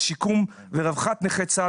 השיקום ורווחת נכי צה"ל,